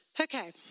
Okay